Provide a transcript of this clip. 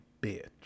bitch